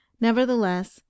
Nevertheless